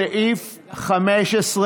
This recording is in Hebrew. הסתייגות 15,